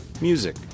music